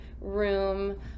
room